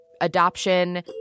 adoption